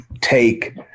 take